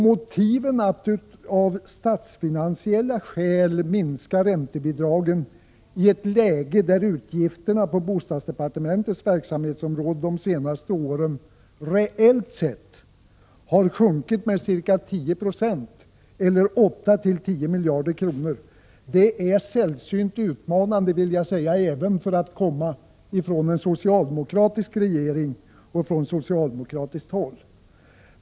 Motivet, att av statsfinansiella skäl minska räntebidragen i ett läge där utgifterna på bostadsdepartementets verksamhetsområde de senaste åren reellt sett har sjunkit med ca 10 90 eller 8-10 miljarder kronor, är sällsynt utmanande även för att komma från socialdemokratiskt håll.